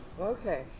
Okay